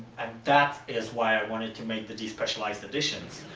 that is why i wanted to make the despecialized editions.